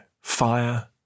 fire